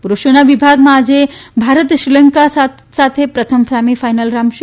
પુરૂષોના વિભાગમાં આજે ભારત શ્રીલંકા સામે પ્રથમ સેમીફાઇનલ રમાશે